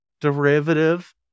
Derivative